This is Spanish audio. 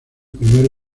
primer